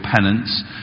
penance